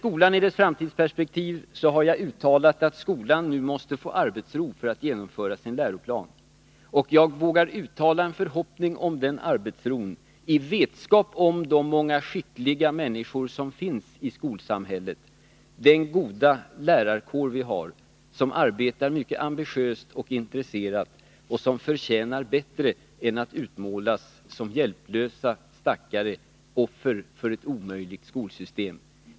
Jag har uttalat att skolan nu måste få arbetsro för att kunna genomföra sin läroplan. Jag vågar också uttala en förhoppning att denna arbetsro kommer till stånd i vetskap om de många skickliga människor som finns i skolsamhället. Den goda lärarkår som vi har och som arbetar mycket ambitiöst och intresserat förtjänar bättre än att utmålas som hjälplösa stackare, offer för ett omöjligt skolsystem.